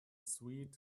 sweet